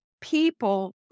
people